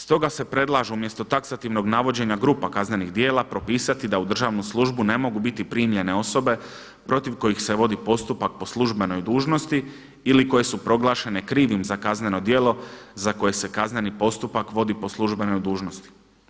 Stoga se predlažu umjesto taksativnog navođenja grupa kaznenih djela propisati da u državnu službu ne mogu biti primljene osobe protiv kojih se vodi postupak po službenoj dužnosti ili koje su proglašene krivim za kazneno djelo za koje se kazneni postupak vodi po službenoj dužnosti.